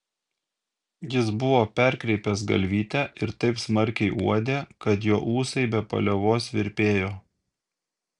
jis buvo perkreipęs galvytę ir taip smarkiai uodė kad jo ūsai be paliovos virpėjo